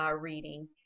reading